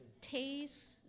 Taste